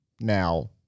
Now